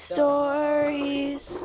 Stories